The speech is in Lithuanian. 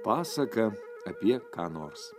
pasaka apie ką nors